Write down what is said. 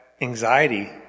anxiety